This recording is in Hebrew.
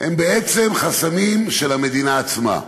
הם בעצם חסמים של המדינה עצמה.